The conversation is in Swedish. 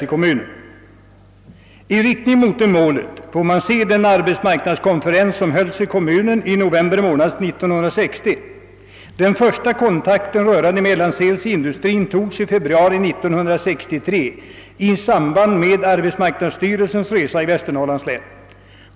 Det är mot bakgrunden härav man får se den arbetsmarknadskonferenas som hölls i kommunen i november månad 1960. Den första kontakten rörande mellanselsindustrin togs i februari 1963 i samband med arbetsmarknadsstyrelsens resa i Västernorrlands län.